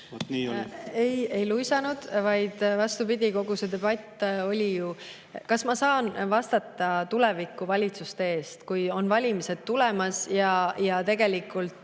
ei luisanud, vaid vastupidi. Kogu see debatt oli … Kas ma saan vastata tuleviku valitsuste eest, kui on valimised tulemas? Tegelikult